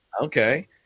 Okay